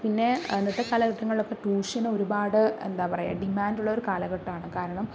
പിന്നെ ഇന്നത്തെ കാലഘട്ടങ്ങളിലൊക്കെ ട്യൂഷൻ ഒരുപാട് എന്താ പറയുക ഡിമാന്റുള്ള ഒരു കാലഘട്ടമാണ് കാരണം